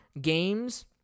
games